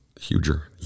huger